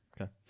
Okay